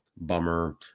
bummer